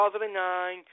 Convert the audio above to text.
2009